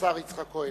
יצחק כהן.